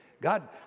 God